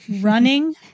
Running